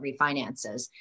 refinances